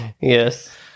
yes